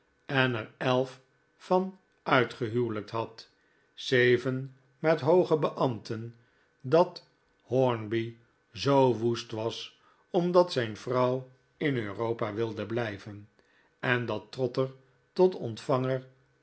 en er elf van uitgehuwelijkt had zeven met hooge beambten dat hornby zoo woest was omdat zijn vrouw in europa wilde blijven en dat trotter tot ontvanger